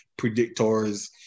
predictors